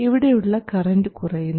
ഇവിടെയുള്ള കറൻറ് കുറയുന്നു